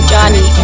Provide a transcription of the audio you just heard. Johnny